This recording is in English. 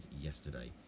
yesterday